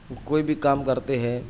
وہ کوئی بھی کام کرتے ہیں